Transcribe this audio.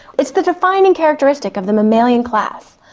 it's the defining characteristic of the mammalian class,